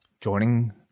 joining